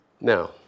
Now